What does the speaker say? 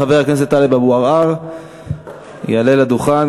חבר הכנסת טלב אבו עראר יעלה לדוכן.